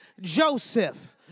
Joseph